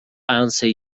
answer